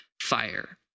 fire